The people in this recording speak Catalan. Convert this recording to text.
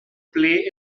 ple